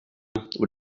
with